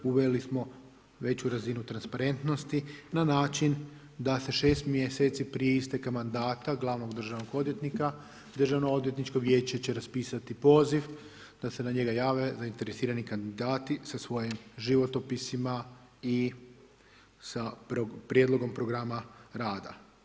Uveli smo veću razinu transparentnosti na način da se 6 mjeseci prije isteka mandata glavnog državnog odvjetnika Državnoodvjetničko vijeće će raspisati poziv da se na njega jave zainteresirani kandidati sa svojim životopisima i sa prijedlogom programa rada.